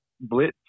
blitz